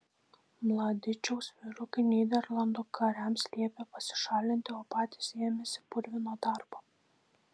mladičiaus vyrukai nyderlandų kariams liepė pasišalinti o patys ėmėsi purvino darbo